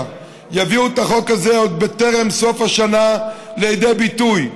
יביאו את החוק הזה עוד בטרם סוף השנה לידי ביטוי,